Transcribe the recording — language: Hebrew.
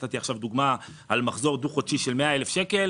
הצגתי עכשיו דוגמה על מחזור דו-חודשי של 100,000 שקל